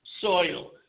soil